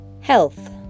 Health